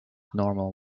abnormal